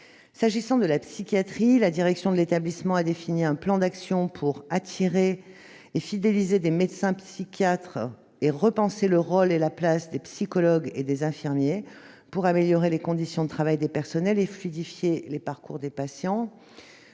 S'agissant de la psychiatrie, la direction de l'établissement a défini un plan d'action pour attirer et fidéliser des médecins psychiatres, repenser le rôle et la place des psychologues et des infirmiers, améliorer les conditions de travail des personnels et fluidifier les parcours des patients.